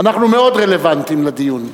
אנחנו מאוד רלוונטיים לדיון.